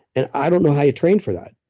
and i don't know how you train for that.